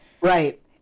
right